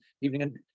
evening